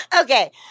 Okay